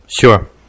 Sure